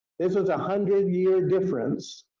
this is a hundred year difference.